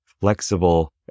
flexible